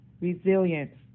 resilience